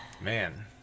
man